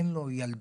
אין לו ילדה,